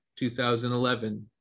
2011